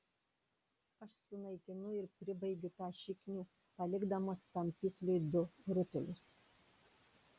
aš sunaikinu ir pribaigiu tą šiknių palikdamas tam pisliui du rutulius